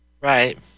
Right